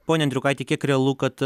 pone andriukaiti kiek realu kad